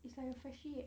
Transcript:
it's like a freshie eh